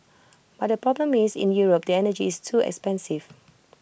but the problem is in Europe the energy is too expensive